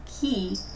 key